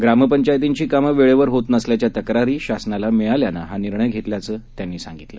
ग्रामपंचायतीची कामं वेळेवर होत नसल्याच्या तक्रारी शासनाला मिळाल्यामुळे हा निर्णय घेतल्याचं त्यांनी सांगितलं